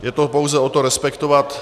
Jde to pouze o to respektovat...